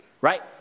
right